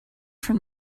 from